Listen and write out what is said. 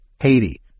Haiti